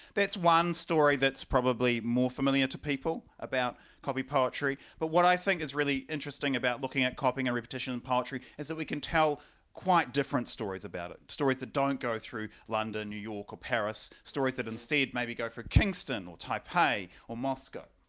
that's one story that's probably more familiar to people about copy poetry, but what i think is really interesting about looking at copying and repetition and poetry is that we can tell quite different stories about it, stories that don't go through london, new york, or paris stories that instead maybe go for kingston or taipei or moscow.